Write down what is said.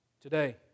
today